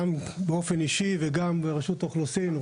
ברשות האוכלוסין,